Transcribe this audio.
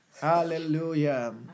Hallelujah